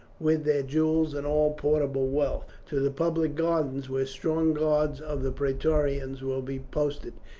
with their jewels and all portable wealth, to the public gardens, where strong guards of the praetorians will be posted.